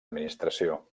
administració